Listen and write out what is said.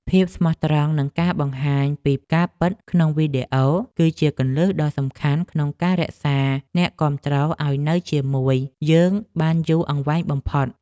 ភាពស្មោះត្រង់ និងការបង្ហាញពីការពិតក្នុងវីដេអូ គឺជាគន្លឹះដ៏សំខាន់ក្នុងការរក្សាអ្នកគាំទ្រឱ្យនៅជាមួយយើងបានយូរអង្វែងបំផុត។